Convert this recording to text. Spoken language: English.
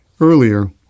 earlier